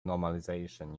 normalization